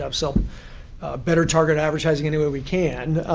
um sell better targeted advertising any way we can.